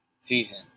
season